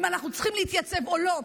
אם אנחנו צריכים להתייצב או לא,